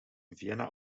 vienna